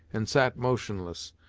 and sat motionless.